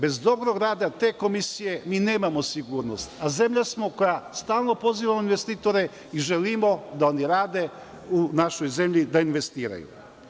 Bez dobrog rada te Komisije mi nemamo sigurnost, a zemlja smo koja stalno poziva investitore i želimo da oni rade u našoj zemlji, da investiraju.